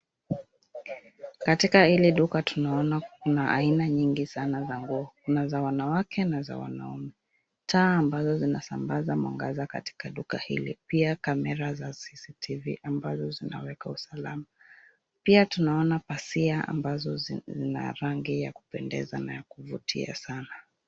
Katika hili duka tunaona kuna aina nyingi sana za nguo. Kuna za wanawake na za wanaume. Taa ambazo zinasambaza mwangaza katika duka hili pia kamera za CCTV ambazo zinaweka usalama pia tunaona pazia ambazo zina rangi ya kupendeza na ya kuvutia sana.